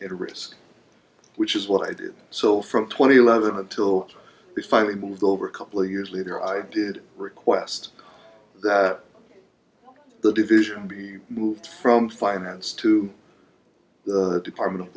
in risk which is what i did so from twenty eleven until they finally moved over a couple of years later i did request that the division be moved from finance to department of